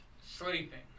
sleeping